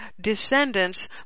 descendants